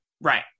Right